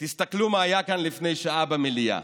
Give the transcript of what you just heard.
תסתכלו מה היה כאן לפני שעה במליאה.